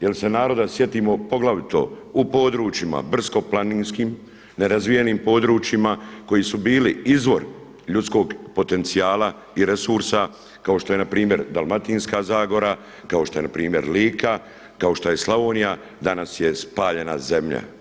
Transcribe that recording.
jer se naroda sjetimo poglavito u područjima brdsko-planinskim, nerazvijenim područjima koji su bili izvor ljudskog potencijala i resursa kao što je npr. Dalmatinska zagora, kao što je npr. Lika, kao što je Slavonija, danas je spaljena zemlja.